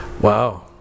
Wow